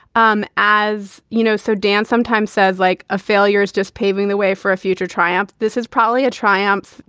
um as you know. so dan sometimes says like a failure is just paving the way for a future triumph. this is probably a triumph.